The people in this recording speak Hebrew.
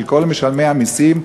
של כל משלמי המסים,